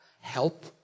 help